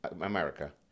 America